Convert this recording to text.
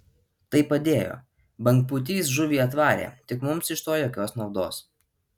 tai padėjo bangpūtys žuvį atvarė tik mums iš to jokios naudos